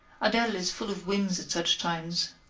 adele is full of whims at such times.